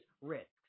risks